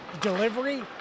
delivery